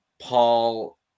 paul